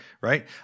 Right